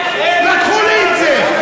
לקחו לי את זה.